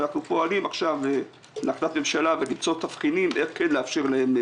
אנחנו פועלים עכשיו להחלטת ממשלה ולמצוא תבחינים איך כן לאפשר להם.